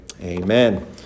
Amen